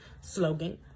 slogan